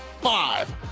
five